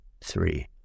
three